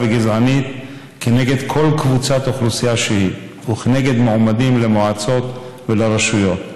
וגזענית כנגד כל קבוצת אוכלוסייה שהיא וכנגד מועמדים למועצות ולרשויות.